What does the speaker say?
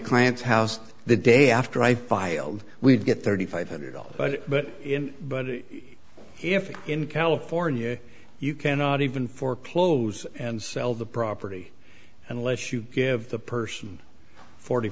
clients house the day after i filed we'd get thirty five dollars but but if in california you cannot even for plough and sell the property unless you give the person forty